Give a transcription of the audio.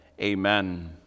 Amen